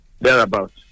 thereabouts